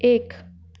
एक